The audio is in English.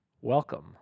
Welcome